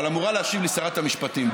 אמורה להשיב לי שרת המשפטים,